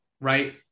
right